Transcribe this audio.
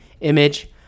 image